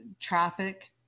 traffic